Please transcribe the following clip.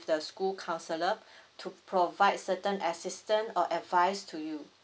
the school counsellor to provide certain assistant or advice to you